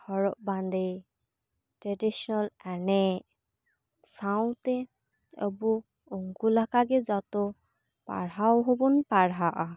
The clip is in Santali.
ᱦᱚᱨᱚᱜ ᱵᱟᱸᱫᱮ ᱴᱮᱰᱤᱥᱚᱱ ᱮᱱᱮᱡ ᱥᱟᱶᱛᱮ ᱟᱵᱚ ᱩᱱᱠᱩ ᱞᱮᱠᱟ ᱜᱮ ᱡᱚᱛᱚ ᱯᱟᱲᱦᱟᱣ ᱦᱚᱵᱚ ᱯᱟᱲᱦᱟᱜᱼᱟ